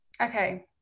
Okay